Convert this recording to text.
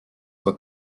were